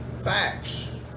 facts